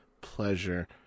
pleasure